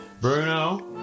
Bruno